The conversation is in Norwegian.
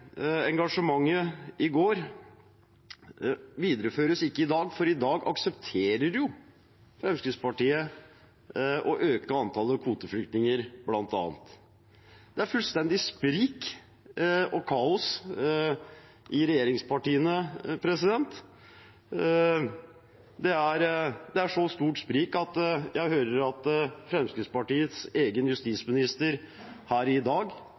Engasjementet fra i går videreføres ikke i dag, for i dag aksepterer jo Fremskrittspartiet å øke antallet kvoteflyktninger, bl.a. Det er fullstendig sprik og kaos i regjeringspartiene. Det er et så stort sprik at jeg hører at Fremskrittspartiets egen justisminister her i dag